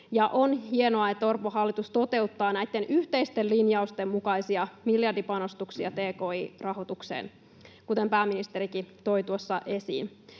On hienoa, että Orpon hallitus toteuttaa näitten yhteisten linjausten mukaisia miljardipanostuksia tki-rahoitukseen, kuten pääministerikin toi tuossa esiin.